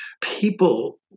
people